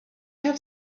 have